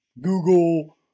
Google